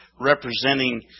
representing